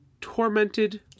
tormented